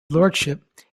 lordship